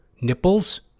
nipples